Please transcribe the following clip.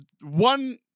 one